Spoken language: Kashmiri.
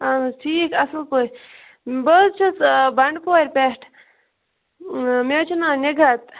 اہن حظ ٹھیٖک اصٕل پٲٹھۍ بہٕ حظ چھَس بَنڈپورٕ پٮ۪ٹھ مےٚ حظ چھُ ناو نِگہت